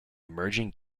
emerging